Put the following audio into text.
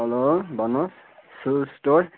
hello भन्नुहोस् shoe store